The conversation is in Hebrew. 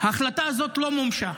ההחלטה הזאת לא מומשה.